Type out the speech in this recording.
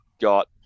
got